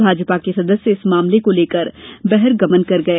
भाजपा के सदस्य इस मामले को लेकर बहिर्गमन कर गए